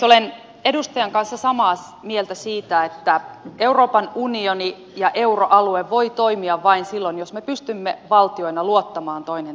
olen edustajan kanssa samaa mieltä siitä että euroopan unioni ja euroalue voi toimia vain silloin jos me pystymme valtioina luottamaan toinen toisiimme